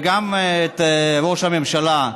וגם מראש הממשלה,